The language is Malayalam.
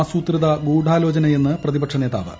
ആസൂത്രിത ഗൂഢാലോചനയെന്ന് പ്രതിപക്ഷ നേതാവ്